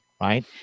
Right